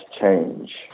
change